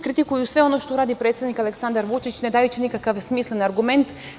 Kritikuju sve ono što uradi predsednik Aleksandar Vučić, ne dajući nikakav smislen argument.